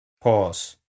Pause